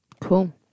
Cool